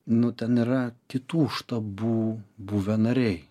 nu ten yra kitų štabų buvę nariai